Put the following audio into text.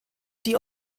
die